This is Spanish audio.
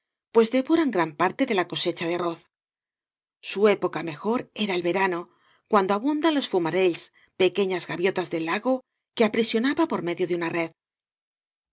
pues devoran gran parte de la cosecha de arroz su época mejor era el verano cuando abundaban los fumarells pequeñas gaviotas del lago que aprisionaba por medio de una red